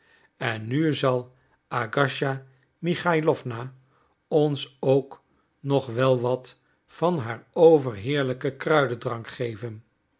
en nu zal agasija michailowna ons ook nog wel wat van haar overheerlijken kruidendrank geven